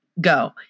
go